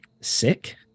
sick